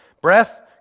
breath